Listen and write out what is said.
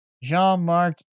Jean-Marc